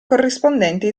corrispondente